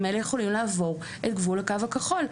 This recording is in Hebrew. האלה יכולים לעבור את גבול הקו הכחול.